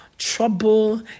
trouble